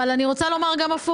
אני רוצה לומר גם את ההפך,